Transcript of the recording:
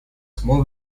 small